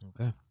Okay